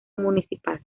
municipal